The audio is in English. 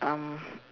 um